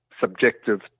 subjective